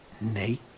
naked